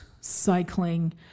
cycling